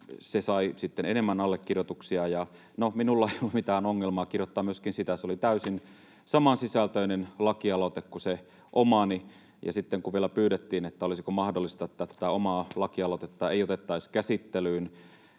sitten enemmän allekirjoituksia, ja, no, minulla ei ollut mitään ongelmaa allekirjoittaa myöskin sitä. Se oli täysin samansisältöinen lakialoite kuin se omani. Sitten, kun vielä pyydettiin, olisiko mahdollista, että tätä omaa lakialoitetta ei otettaisi käsittelyyn